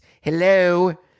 Hello